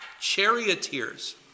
charioteers